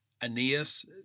Aeneas